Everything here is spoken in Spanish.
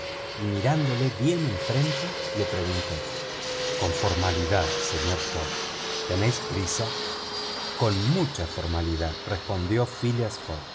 y mirándole bien enfrente le preguntó con formalidad señor fogg tenéis prisa con mucha formalidad respondió phileas fogg